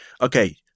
okay